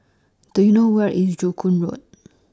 Do YOU know Where IS Joo Koon Road